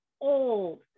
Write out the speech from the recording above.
old